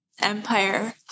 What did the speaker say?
empire